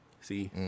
See